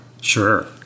Sure